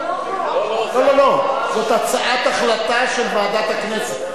לא, לא, לא, זאת הצעת החלטה של ועדת הכנסת.